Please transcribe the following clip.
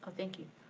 thank you.